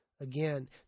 Again